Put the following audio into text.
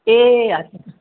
ए हजुर